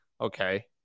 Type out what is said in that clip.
okay